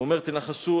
הוא אומר: תנחשו.